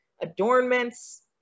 adornments